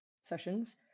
sessions